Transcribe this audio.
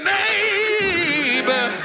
neighbor